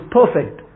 perfect